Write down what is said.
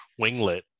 winglet